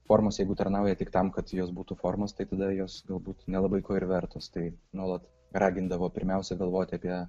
formos jeigu tarnauja tik tam kad jos būtų formos tada jos galbūt nelabai ko ir vertos tai nuolat ragindavo pirmiausia galvoti apie